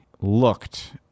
looked